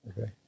Okay